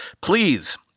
please